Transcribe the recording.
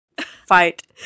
fight